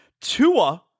Tua